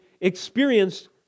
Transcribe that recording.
experienced